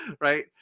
right